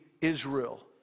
Israel